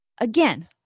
again